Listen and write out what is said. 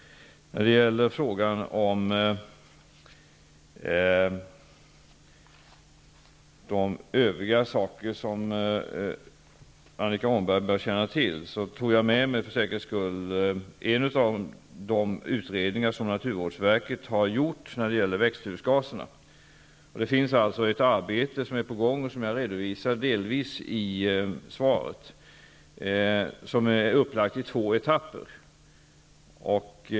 Jag tog med mig för säkerhets skull en av de utredningar som naturvårdsverket har gjort om växthusgaserna. Ett arbete är alltså på gång, som jag delvis redovisade i svaret. Arbetet är upplagt i två etapper.